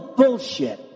bullshit